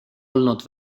olnud